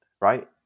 Right